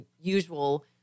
usual